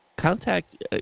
contact